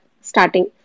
starting